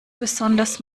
besonders